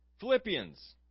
Philippians